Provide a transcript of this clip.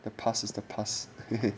the past is the past